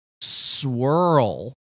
swirl